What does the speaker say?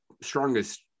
strongest